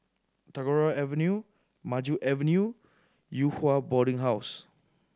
Tagore Avenue Maju Avenue Yew Hua Boarding House